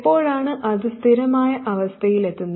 എപ്പോഴാണ് അത് സ്ഥിരമായ അവസ്ഥയിലെത്തുന്നത്